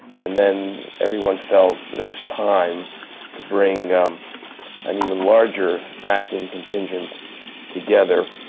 and then, everyone felt that it was time to bring an even larger acting contingent together